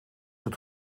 het